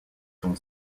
son